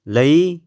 ਲਈ